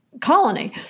colony